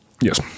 Yes